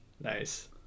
Nice